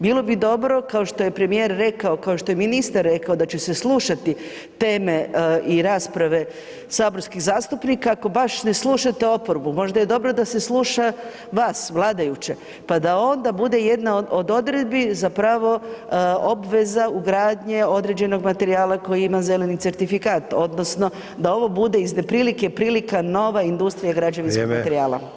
Bilo bi dobro kao što je premijer rekao, kao što je ministar rekao da će se slušati teme i rasprave saborskih zastupnika, ako baš ne slušate oporbu možda je dobro da se sluša vas, vladajuće pa da onda bude jedna od odredbi obveza ugradnje određenog materijala koji ima zeleni certifikat odnosno da ovo bude iz neprilike prilika nova industrija građevinskog materijala.